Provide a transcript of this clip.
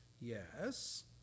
yes